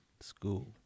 school